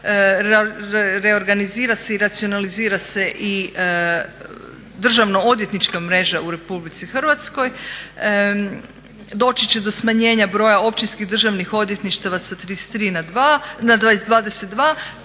Reorganizira se i racionalizira se i državno-odvjetnička mreža u Republici Hrvatskoj. Doći će do smanjenja broja općinskih državnih odvjetništava sa 33 na 22,